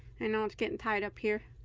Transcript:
and know it's getting tight up here